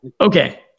okay